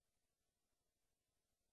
3